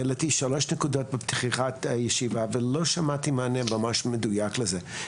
העליתי שלוש נקודות בפתיחת הישיבה ולא שמעתי מענה ממש מדוייק לזה.